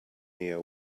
near